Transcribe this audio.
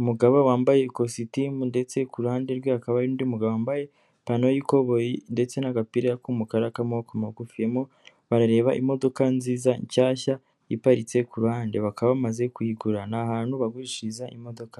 Umugabo wambaye ikositimu, ndetse ku ruhande rwe hakaba hari undi mugabo wambaye ipantaro y'ikoboyi, ndetse n'agapira k'umukara k'amaboko magufi, barimo barareba imodoka nziza nshyashya, iparitse ku ruhande, bakaba bamaze kuyigura, ni ahantu bagurishiriza imodoka,